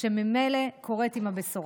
שממילא קורית עם הבשורה.